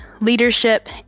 leadership